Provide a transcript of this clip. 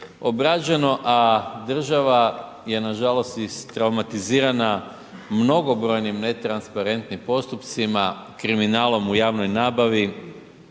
obrađeno, a država je nažalost istraumatizirana mnogobrojnim netransparentnim postupcima, kriminalom u javnoj nabavi